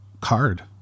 card